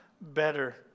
better